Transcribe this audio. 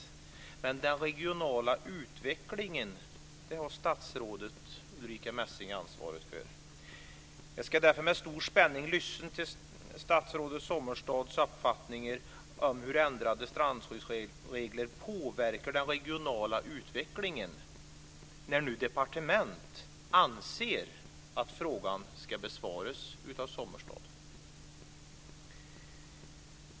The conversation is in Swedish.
Statsrådet Ulrica Messing har ansvaret för den regionala utvecklingen. Jag ska därför med stor spänning lyssna till statsrådet Sommestads uppfattning om hur ändrade strandsskyddsregler påverkar den regionala utvecklingen när nu departementet anser att frågan ska besvaras av Sommestad.